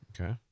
Okay